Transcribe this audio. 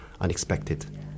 unexpected